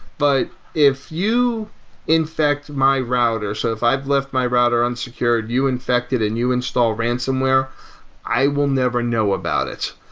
but if you infect my router so if i've left my router unsecured, you infect it and you install ransomware i will never know about it.